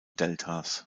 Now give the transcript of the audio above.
deltas